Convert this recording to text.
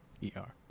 E-R